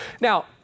Now